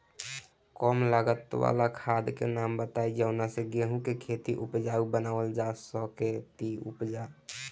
कम लागत वाला खाद के नाम बताई जवना से गेहूं के खेती उपजाऊ बनावल जा सके ती उपजा?